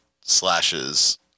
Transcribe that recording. slashes